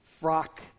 frock